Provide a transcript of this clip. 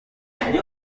bakuru